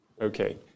Okay